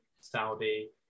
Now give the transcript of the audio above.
Saudi